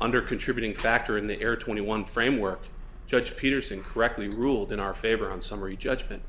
under contributing factor in the air twenty one framework judge peterson correctly ruled in our favor on summary judgment